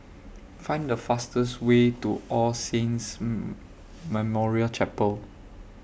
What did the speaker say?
Find The fastest Way to All Saints Memorial Chapel